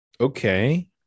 okay